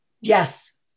Yes